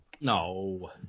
No